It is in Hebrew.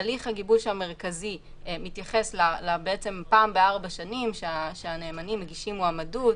הליך הגיבוש המרכזי מתייחס לפעם בארבע שנים שהנאמנים מגישים מועמדות,